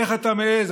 איך אתה מעז,